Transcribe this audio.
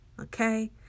okay